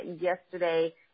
yesterday